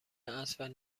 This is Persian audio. عصر